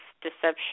deception